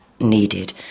needed